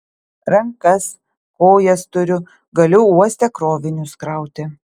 rankas kojas turiu galiu uoste krovinius krauti